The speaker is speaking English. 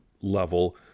level